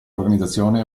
organizzazione